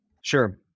Sure